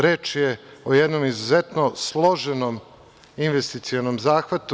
Reč je o jednom izuzetnom složenom investicionom zahvatu.